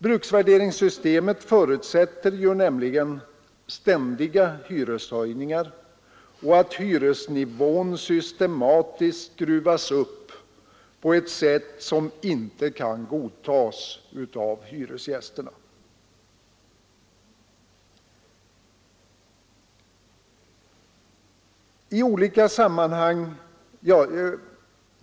Bruksvärderingssystemet förutsätter nämligen ständiga hyreshöjningar och att hyresnivån systematiskt skruvas upp på ett sätt som inte kan godtas av hyresgästerna.